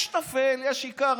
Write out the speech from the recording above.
יש טפל, יש עיקר.